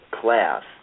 class